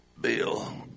Bill